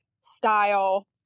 style